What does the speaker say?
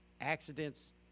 Accidents